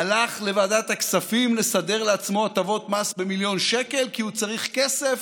הלך לוועדת הכספים לסדר לעצמו הטבות מס במיליון שקל כי הוא צריך כסף